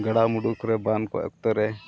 ᱜᱟᱰᱟ ᱢᱩᱰᱩ ᱠᱚᱨᱮ ᱵᱟᱱ ᱠᱚ ᱚᱠᱛᱚᱨᱮ